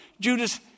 Judas